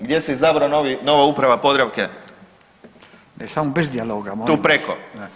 Gdje se izabrala nova uprava Podravke? [[Upadica Radin: Samo bez dijaloga molim vas.]] Tu preko.